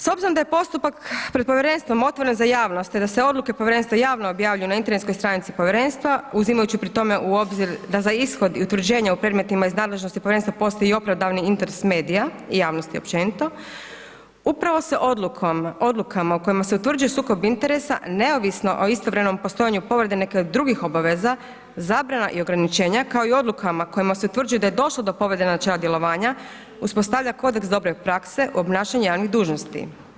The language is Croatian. S obzirom da je postupak pred Povjerenstvom otvoren za javnost te da se odluke povjerenstva javno objavljuju na internetskoj stranici povjerenstva uzimajući pri tome u obzir da za ishod i utvrđenje o predmetima iz nadležnosti povjerenstva postoji i opravdani interes medija i javnosti općenito, upravo se odlukom, odlukama u kojima se utvrđuje sukob interesa neovisno o istovremenom postojanju povrede nekih drugih obaveza, zabrana i ograničenja kao i odlukama kojima se utvrđuje da je došlo do povrede načina djelovanja uspostavlja kodeks dobre prakse obnašanje javnih dužnosti.